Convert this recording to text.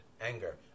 anger